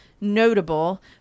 notable